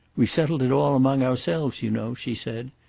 we settled it all among ourselves, you know, she said.